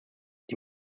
die